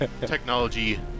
technology